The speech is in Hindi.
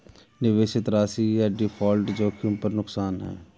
निवेशित राशि या डिफ़ॉल्ट जोखिम पर नुकसान है